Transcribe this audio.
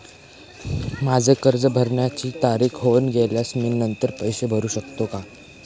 माझे कर्ज भरण्याची तारीख होऊन गेल्यास मी नंतर पैसे भरू शकतो का?